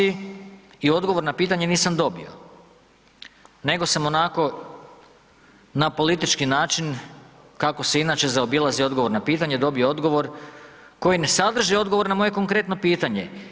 I odgovor na pitanje nisam dobio, nego sam onako, na politički način kako se inače zaobilazi odgovor na pitanje, dobio odgovor koji ne sadrži odgovor na moje konkretno pitanje.